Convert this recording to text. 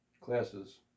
classes